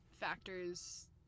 factors